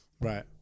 Right